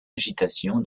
agitation